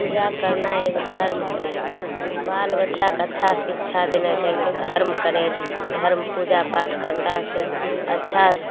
पूजा करनाय एगो धर्म होलय बाल बच्चाके अच्छा शिक्षा देनाय छै कि धर्म करयके धर्म पूजा पाठ करलासँ अच्छा